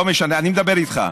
לא משנה, אני מדבר איתך.